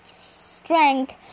strength